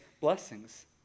blessings